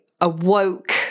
awoke